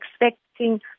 expecting